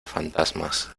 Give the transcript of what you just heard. fantasmas